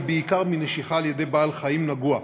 בעיקר מנשיכה על ידי בעל חיים נגוע.